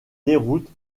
déroute